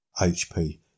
HP